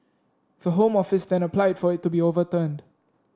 the Home Office then applied for it to be overturned